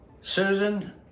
susan